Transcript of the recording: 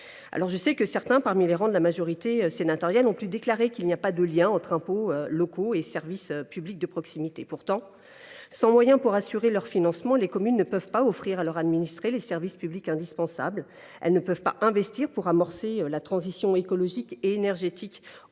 Je sais que certains, parmi les rangs de la majorité sénatoriale, ont pu déclarer qu’il n’y avait pas de lien entre impôts locaux et services publics de proximité. Pourtant, sans moyen pour assurer leur financement, les communes ne peuvent pas offrir à leurs administrés les services publics indispensables ; elles ne peuvent pas investir pour amorcer la transition écologique et énergétique au niveau